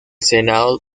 senado